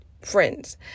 friends